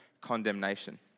condemnation